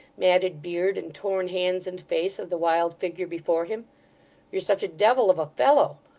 matted beard, and torn hands and face of the wild figure before him you're such a devil of a fellow.